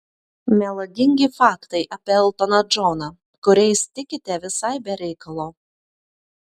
melagingi faktai apie eltoną džoną kuriais tikite visai be reikalo